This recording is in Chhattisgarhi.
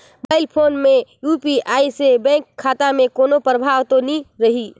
मोबाइल फोन मे यू.पी.आई से बैंक खाता मे कोनो प्रभाव तो नइ रही?